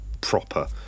proper